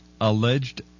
alleged